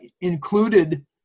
included